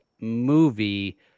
movie